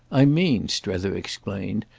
i mean, strether explained,